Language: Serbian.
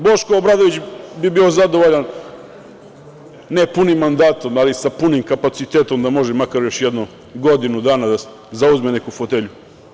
Boško Obradović bi bio zadovoljan, ne punim mandatom, ali sa punim kapacitetom da može makar još jedno godinu dana da zauzme neku fotelju.